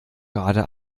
gerade